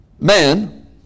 Man